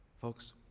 folks